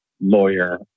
lawyer